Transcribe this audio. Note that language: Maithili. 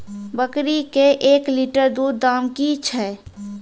बकरी के एक लिटर दूध दाम कि छ?